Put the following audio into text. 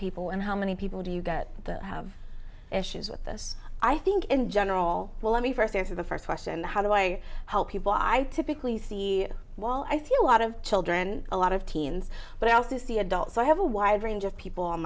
people and how many people do you get that have issues with this i think in general well let me first answer the first question how do i help people i typically see while i see a lot of children a lot of teens but i also see adults so i have a wide range of people on